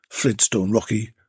flintstonerocky